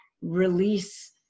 release